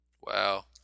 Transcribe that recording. Wow